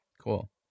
Cool